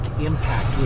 impact